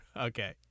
Okay